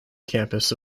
campus